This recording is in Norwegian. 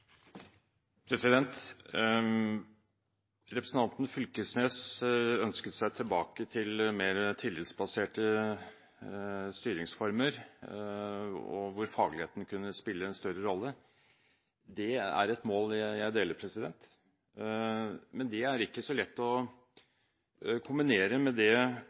Representanten Fylkesnes ønsket seg tilbake til mer tillitsbaserte styringsformer hvor fagligheten kunne spille en større rolle. Det er et mål jeg deler, men det er ikke så lett å kombinere med det